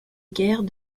guerre